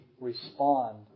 respond